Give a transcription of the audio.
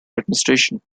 administration